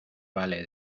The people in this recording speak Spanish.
vale